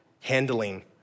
handling